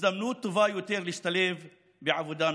הזדמנות טובה יותר להשתלב בעבודה מכובדת,